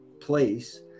place